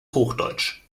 hochdeutsch